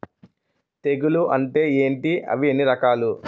తెగులు అంటే ఏంటి అవి ఎన్ని రకాలు?